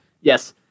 Yes